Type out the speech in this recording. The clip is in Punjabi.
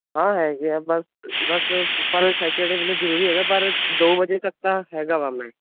ਹਾਂ ਹੈਗੇ ਆ ਬਸ ਬਸ ਪਰ ਸੈਚਰਡੇ ਮੈਨੂੰ ਜ਼ਰੂਰੀ ਹੈਗਾ ਪਰ ਦੋ ਵਜੇ ਤੱਕ ਤਾਂ ਹੈਗਾ ਵਾਂ ਮੈਂ